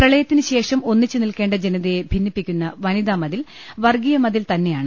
പ്രളയത്തിനുശേഷം ഒന്നിച്ചു നിൽക്കേണ്ട ജനതയെ ഭിന്നിപ്പിക്കുന്ന വനിതാമതിൽ വർഗ്ഗീയ മതിൽ തന്നെ യാണ്